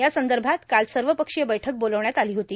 यासंदभात काल सवपक्षीय बैठक बोलावण्यात आर्ला होती